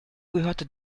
gehörte